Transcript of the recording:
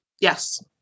yes